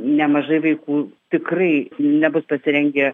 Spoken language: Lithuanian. nemažai vaikų tikrai nebus pasirengę